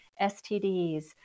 STDs